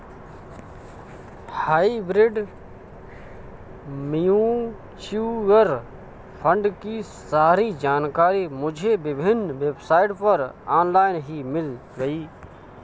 hybrid mutual fund की सारी जानकारी मुझे विभिन्न वेबसाइट पर ऑनलाइन ही मिल गयी